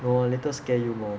no later scare you more